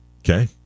Okay